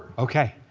ok.